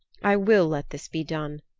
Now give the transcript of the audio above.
i will let this be done,